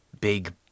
big